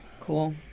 Cool